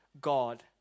God